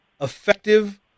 effective